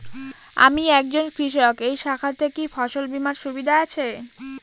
আমি একজন কৃষক এই শাখাতে কি ফসল বীমার সুবিধা আছে?